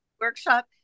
workshop